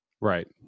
Right